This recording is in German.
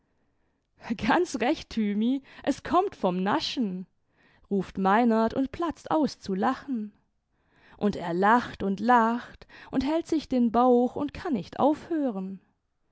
ganz recht thymi es kommt vom naschen ruft meinert und platzt aus zu lachen und er lacht imd lacht und hält sich den bauch und kann nicht aufhören